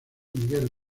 miguel